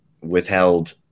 withheld